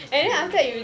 ya